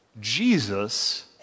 Jesus